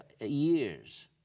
years